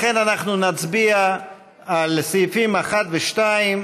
לכן אנחנו נצביע על סעיפים 1 ו-2,